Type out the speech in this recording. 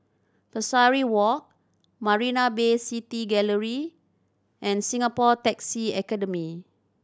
Pesari Walk Marina Bay City Gallery and Singapore Taxi Academy